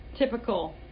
typical